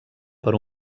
per